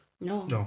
No